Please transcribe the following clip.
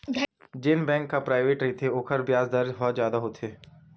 जेन बेंक ह पराइवेंट रहिथे ओखर बियाज दर ह जादा होथे